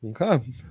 Okay